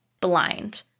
blind